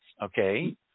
Okay